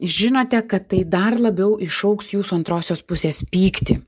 žinote kad tai dar labiau išaugs jūsų antrosios pusės pyktį